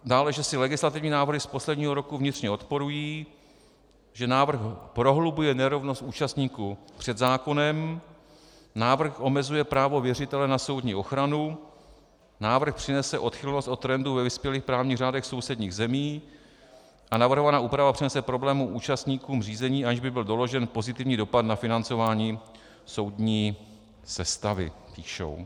Dále, že si legislativní návrhy z posledního roku vnitřně odporují, že návrh prohlubuje nerovnost účastníků před zákonem, návrh omezuje právo věřitele na soudní ochranu, návrh přinese odchylnost od trendu ve vyspělých právních řádech sousedních zemí a navrhovaná úprava přinese problémy účastníkům řízení, aniž by byl doložen pozitivní dopad na financování soudní sestavy, píšou.